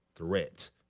threat